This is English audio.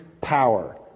power